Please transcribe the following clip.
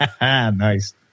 Nice